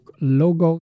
logo